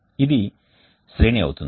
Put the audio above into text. ఇది శ్రేణి అవుతుంది